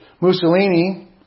Mussolini